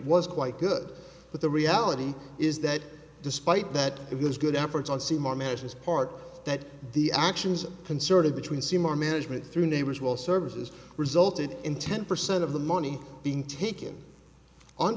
was quite good but the reality is that despite that it was good efforts on seymour mashes part that the actions concerted between seymour management through neighbors will services resulted in ten percent of the money being taken on